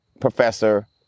professor